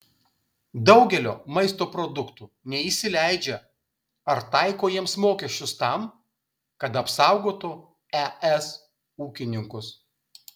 daugelio maisto produktų neįsileidžia ar taiko jiems mokesčius tam kad apsaugotų es ūkininkus